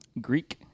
Greek